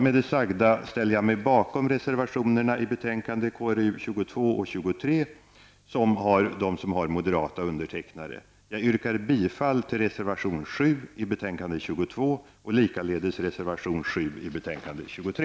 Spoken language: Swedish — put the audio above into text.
Med det sagda ställer jag mig bakom de reservationer i betänkandena KrU22 och 23 som har moderata undertecknare. Jag yrkar bifall till reservation 7 i betänkande 22 och likaledes till reservation 7 i betänkande 23.